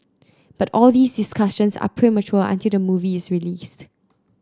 but all these discussions are premature until the movie is released